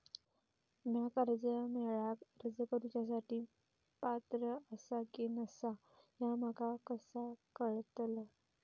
म्या कर्जा मेळाक अर्ज करुच्या साठी पात्र आसा की नसा ह्या माका कसा कळतल?